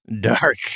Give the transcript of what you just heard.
Dark